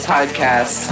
podcast